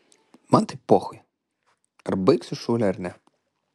man tai pochui ar baigsiu šūlę ar ne